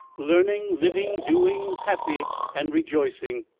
learning, living, doing, happy and rejoicing,